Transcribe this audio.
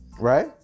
Right